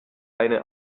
eine